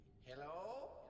hello